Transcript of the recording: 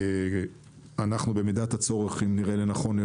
אם נראה לנכון,